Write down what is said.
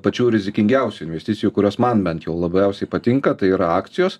pačių rizikingiausių investicijų kurios man bent jau labiausiai patinka tai yra akcijos